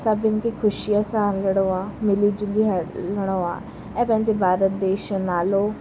सभिनि खे ख़ुशीअ सां हलिणो आहे मिली झुली हलिणो आहे ऐं पंहिंजे भारत देश जो नालो